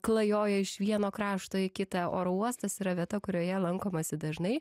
klajoja iš vieno krašto į kitą oro uostas yra vieta kurioje lankomasi dažnai